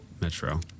metro